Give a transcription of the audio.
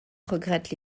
regrette